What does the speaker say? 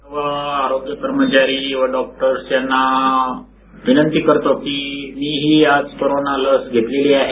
सर्व आरोग्य कर्मचारी व डॉक्टर्स यांना विनंती करतो की मीही आज कोरोना लस घेतली आहे